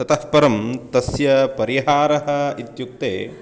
ततःपरं तस्य परिहारः इत्युक्ते